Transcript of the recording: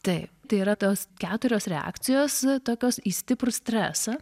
taip tai yra tos keturios reakcijos tokios į stiprų stresą